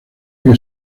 que